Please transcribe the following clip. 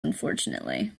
unfortunately